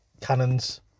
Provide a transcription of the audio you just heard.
Cannons